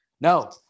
no